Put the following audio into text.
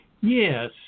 Yes